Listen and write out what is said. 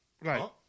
right